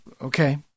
Okay